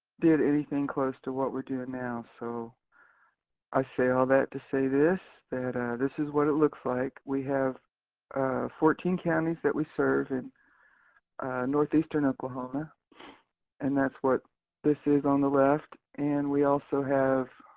did anything close to what we're doing now. so i say all that to say this, that this is what it looks like. we have fourteen counties that we serve in northeastern oklahoma and that's what this is on the left. and we also have